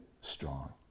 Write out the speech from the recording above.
strong